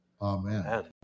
Amen